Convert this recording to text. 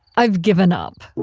i've given up.